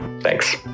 Thanks